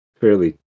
fairly